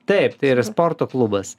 taip tai yra sporto klubas